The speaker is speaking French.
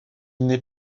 n’est